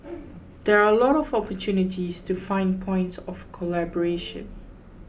there are a lot of opportunities to find points of collaboration